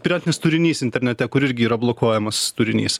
piratinis turinys internete kur irgi yra blokuojamas turinys